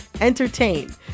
entertain